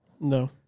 No